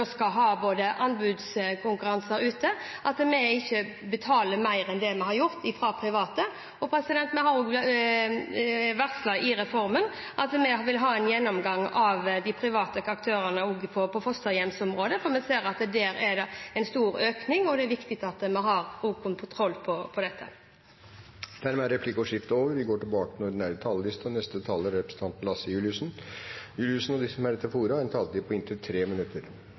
skal ha anbudskonkurranser, å se til at vi ikke betaler mer enn det vi har gjort for private. Vi har også varslet i reformen at vi vil ha en gjennomgang av de private aktørene også på fosterhjemsområdet, for vi ser at der er det en stor økning, og det er viktig at vi har god kontroll på dette. Replikkordskiftet er dermed over. De talere som heretter får ordet, har en taletid på inntil 3 minutter.